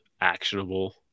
actionable